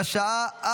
לא אושרה,